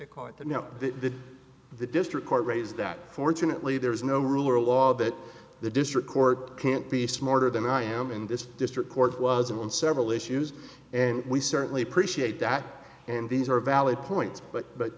to call it that now that the district court raised that fortunately there is no rule or law that the district court can't be smarter than i am in this district court wasn't on several issues and we certainly appreciate that and these are valid points but but